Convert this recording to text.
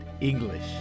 English